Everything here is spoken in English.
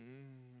mm